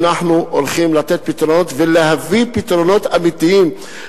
אנחנו הולכים לתת פתרונות ולהביא פתרונות אמיתיים,